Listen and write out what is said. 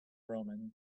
roman